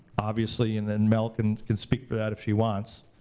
obviously, and then mel can can speak to that if she wants.